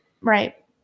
Right